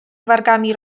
wargami